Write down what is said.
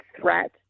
threat